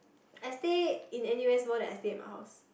I stay in N_U_S more than I stay in my house